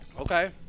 Okay